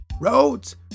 roads